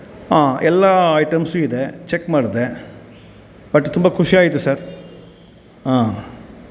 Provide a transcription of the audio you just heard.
ಆಂ ಎಲ್ಲ ಐಟಮ್ಸು ಇದೆ ಚೆಕ್ ಮಾಡಿದೆ ಬಟ್ ತುಂಬ ಖುಷಿ ಆಯಿತು ಸರ್ ಆಂ